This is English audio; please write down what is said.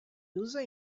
user